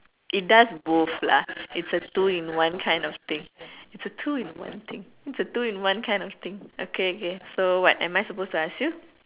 it does both lah it's a two in one kind of thing it's a two in one thing it's a two in one kind of thing okay okay so what am I supposed to ask you